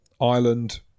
Ireland